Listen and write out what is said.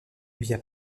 via